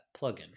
plugin